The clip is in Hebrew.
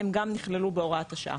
הם גם נכללו בהוראת השעה.